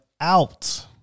out